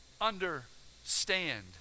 understand